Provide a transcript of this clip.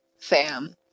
fam